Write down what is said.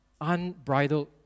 Unbridled